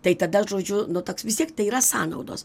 tai tada žodžiu nu toks vis tiek tai yra sąnaudos